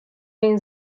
این